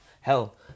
hell